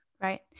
Right